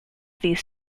these